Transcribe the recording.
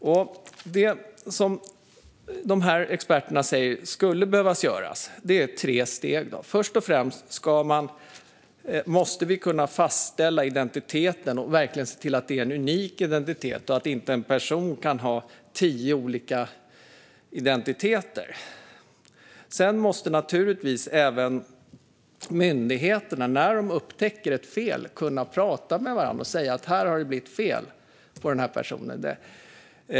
Det som dessa experter säger behöver göras kan delas upp i tre steg. Först och främst måste vi kunna fastställa identiteten och se till att det är en unik identitet, att inte en person kan ha tio olika identiteter. Sedan måste naturligtvis även myndigheterna kunna prata med varandra när de upptäcker ett fel hos någon person.